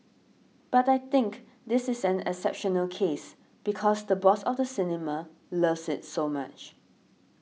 but I think this is an exceptional case because the boss of the cinema loves it so much